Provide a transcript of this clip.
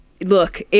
look